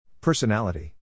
Personality